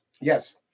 Yes